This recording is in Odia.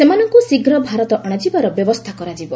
ସେମାନଙ୍କୁ ଶୀଘ୍ର ଭାରତ ଅଣାଯିବାର ବ୍ୟବସ୍ଥା କରାଯିବ